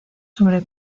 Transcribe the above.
sobre